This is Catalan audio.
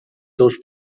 seus